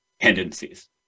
tendencies